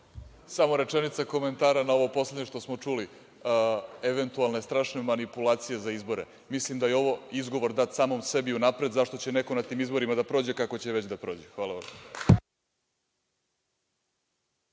Samo rečenica komentara na ovo poslednje što smo čuli, eventualne strašne manipulacije za izbore. Mislim da je ovo izgovor da dat samom sebi unapred, zašto će neko na tim izborima da prođe kako će već da prođe. Hvala vam.